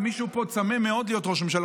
ומישהו פה צמא מאוד להיות ראש ממשלה,